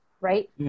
right